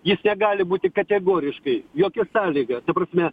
jis negali būti kategoriškai jokia sąlyga ta prasme